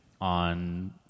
on